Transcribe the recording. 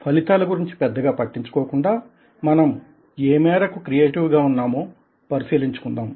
ఫలితాల గురించి పెద్దగా పట్టించుకోకుండా మనం ఏ మేరకు క్రియేటివ్ గా ఉన్నామో పరిశీలించుకుందాం